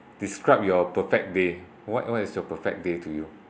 describe your perfect day what what is your perfect day to you